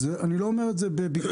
אני לא אומר את זה כביקורת.